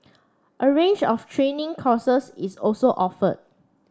a range of training courses is also offered